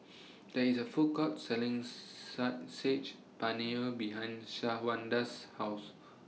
There IS A Food Court Selling Saag Sage Paneer behind Shawanda's House